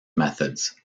methods